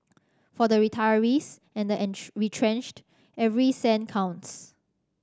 for the retirees and the retrenched every cent counts